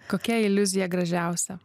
kokia iliuzija gražiausia